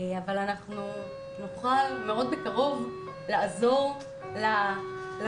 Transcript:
אבל אנחנו נוכל מאוד בקרוב לעזור לקורבנות